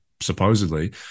supposedly